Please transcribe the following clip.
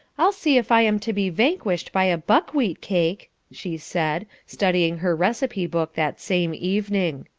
i'll see if i am to be vanquished by a buckwheat cake, she said, studying her receipt-book that same evening.